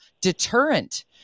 deterrent